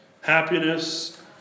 happiness